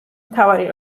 მთავარი